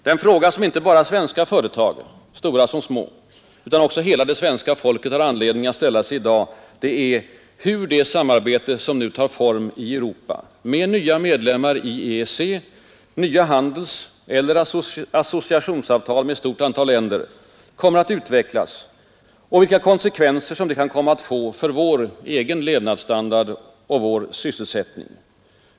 Den fråga som inte bara svenska företag, stora som små, utan också hela det svenska folket har anledning att ställa sig i dag är hur det Samarbete som nu tar form ute i Europa, med nya medlemmar i EEC, nya handelseller associationsavtal med ett stort antal länder, kommer att utvecklas och vilka konsekvenser det kan komma att få för vår egen levnadsstandard och vår sysselsättning.